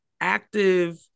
active